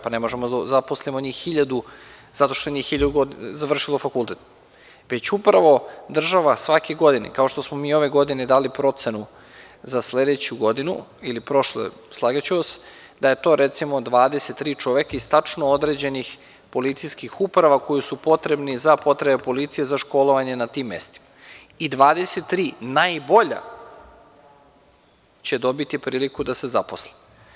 Pa, ne možemo da zaposlimo njih 1000 zato što je njih 1000 završilo fakultet, već upravo država svake godine, kao što smo i ove godine dali procenu za sledeću godinu ili prošle, slagaću vas, da je to recimo 23 čoveka iz tačno određenih policijskih uprava koji su potrebni za potrebe policije za školovanje na tim mestima i 23 najbolja će dobiti priliku da se zaposle.